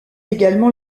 également